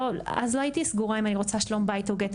אז לא הייתי סגורה אם אני רוצה שלום בית או גט,